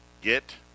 Get